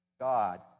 God